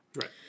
Right